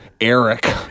Eric